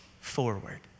forward